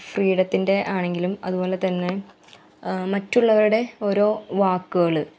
ഫ്രീഡത്തിൻ്റെ ആണെങ്കിലും അതുപോലെ തന്നെ മറ്റുള്ളവരുടെ ഓരോ വാക്കുകൾ